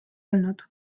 olnud